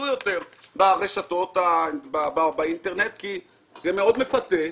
יותר ברשתות באינטרנט כי זה מאוד מפתה,